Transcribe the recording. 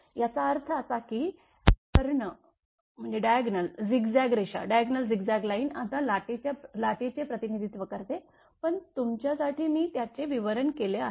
याचा अर्थ असा की कर्ण झिगझॅग रेषा आता लाटेचे प्रतिनिधित्व करते पण तुमच्यासाठी मी त्याचे विवरण केले आहे